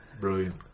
brilliant